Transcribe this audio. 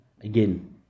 again